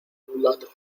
mulato